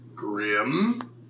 Grim